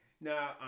Now